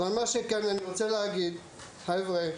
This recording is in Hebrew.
אבל מה שכן, אני רוצה להגיד: חבר'ה,